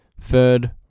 third